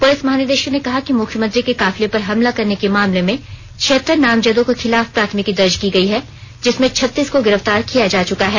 police महानिदेशक ने कहा कि मुख्यमंत्री के काफिले पर हमला करने के मामले में छियतर नामजदों के खिलाफ प्राथमिकी दर्ज की गई है जिसमें छत्तीस को गिरफ्तार किया जा चुका है